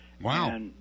Wow